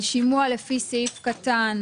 על שימוע לפי סעיף קטן